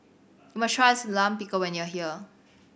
must tries Lime Pickle when you are here